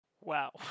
wow